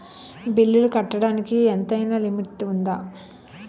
బిల్లులు కట్టడానికి ఎంతైనా లిమిట్ఉందా?